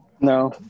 No